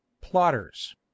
plotters